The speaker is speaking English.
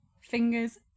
Fingers